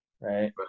right